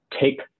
take